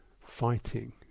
fighting